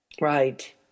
Right